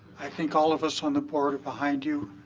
think all of us on the board are behind you.